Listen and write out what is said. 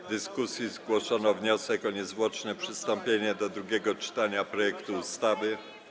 W dyskusji zgłoszono wniosek o niezwłoczne przystąpienie do drugiego czytania projektu ustawy.